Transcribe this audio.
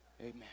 Amen